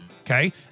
okay